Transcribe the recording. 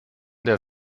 der